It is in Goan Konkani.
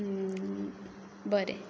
बरें